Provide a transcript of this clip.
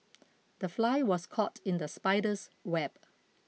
the fly was caught in the spider's web